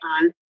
on